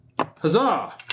Huzzah